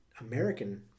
American